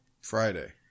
Friday